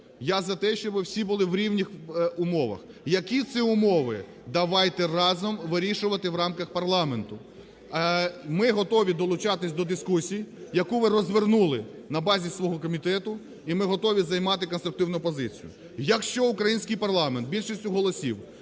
я за те, щоби всі були в рівних умовах. Які це умови? Давайте разом вирішувати в рамках парламенту. Ми готові долучатись до дискусії, яку ви розвернули на базі свого комітету і ми готові займати конструктивну позицію. Якщо український парламент, більшістю голосів,